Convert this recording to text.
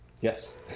Yes